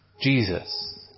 Jesus